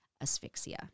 asphyxia